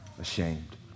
ashamed